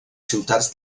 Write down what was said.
ciutats